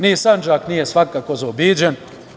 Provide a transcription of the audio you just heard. Ni Sandžak nije svakako zaobiđen.